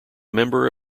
member